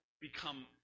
become